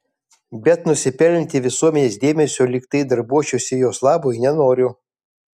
bet nusipelnyti visuomenės dėmesio lyg tai darbuočiausi jos labui nenoriu